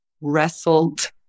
wrestled